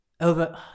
Over